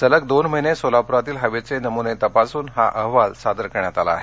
सलग दोन महिने सोलापूरातील हवेचे नमूने तपासून हा अहवाल सादर करण्यात आला आहे